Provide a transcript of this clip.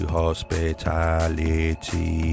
hospitality